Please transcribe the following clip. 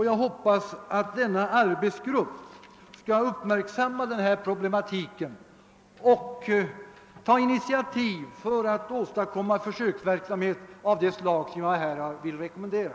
Jag hoppas att denna arbetsgrupp skall uppmärksamma denna problematik och ta initiativ för att åstadkomma försöksverksamhet av det slag, som jag här velat rekommendera.